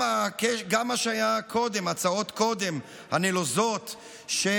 גם מה שהיה קודם, ההצעות הנלוזות של